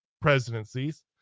presidencies